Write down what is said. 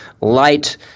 light